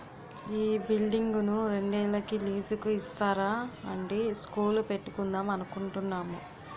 ఈ బిల్డింగును రెండేళ్ళకి లీజుకు ఇస్తారా అండీ స్కూలు పెట్టుకుందాం అనుకుంటున్నాము